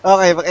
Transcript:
Okay